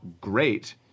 Great